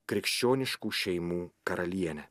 krikščioniškų šeimų karaliene